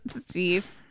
Steve